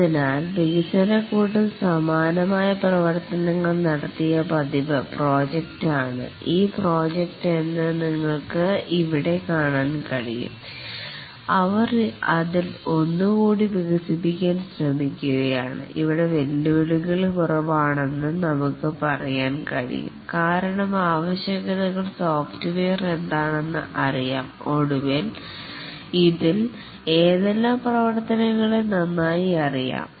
അതിനാൽ വികസന കൂട്ടം സമാനമായ പ്രവർത്തനങ്ങൾ നടത്തിയ പതിവ് പ്രോജക്ട് ആണ് ഈ പ്രോജക്ട് എന്ന് നിങ്ങൾക്ക് ഇവിടെ കാണാൻ കഴിയും അവർ അതിൽ ഒന്നുകൂടി വികസിപ്പിക്കാൻ ശ്രമിക്കുകയാണ് ഇവിടെ വെല്ലുവിളികൾ കുറവാണെന്ന് നമുക്ക് പറയാൻ കഴിയും കാരണം ആവശ്യകതകൾ സോഫ്റ്റ്വെയർ എന്താണെന്ന് അറിയാം ഒടുവിൽ ഇതിൽ ഏതെല്ലാം പ്രവർത്തനങ്ങളെ നന്നായി അറിയാം